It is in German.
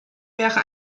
wäre